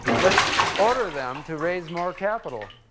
let's order them to raise more capital.